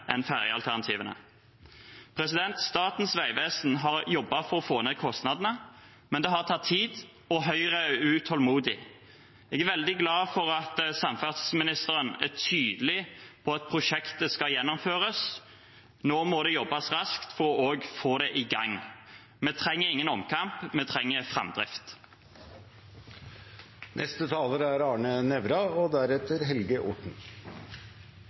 enn ferjealternativene. Statens vegvesen har jobbet for å få ned kostnadene, men det har tatt tid, og Høyre er utålmodig. Jeg er veldig glad for at samferdselsministeren er tydelig på at prosjektet skal gjennomføres. Nå må det jobbes raskt for også å få det i gang. Vi trenger ingen omkamp, vi trenger